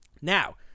Now